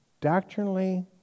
doctrinally